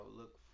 look